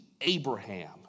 Abraham